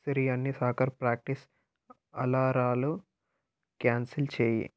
సిరి అన్ని soccer practice అలారాలు cancel చెయ్యి